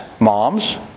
moms